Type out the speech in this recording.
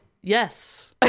Yes